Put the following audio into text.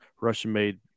Russian-made